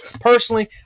Personally